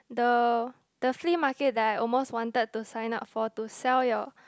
the the flea market that I almost wanted to sign up for to sell your